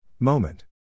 Moment